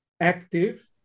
active